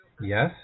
Yes